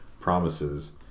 Promises